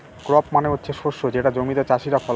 crop মানে হচ্ছে শস্য যেটা জমিতে চাষীরা ফলায়